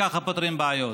ככה פותרים בעיות.